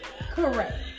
Correct